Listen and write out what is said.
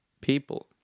people